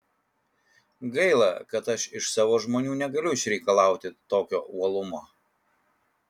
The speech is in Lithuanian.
gaila kad aš iš savo žmonių negaliu išreikalauti tokio uolumo